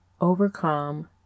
overcome